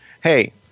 Hey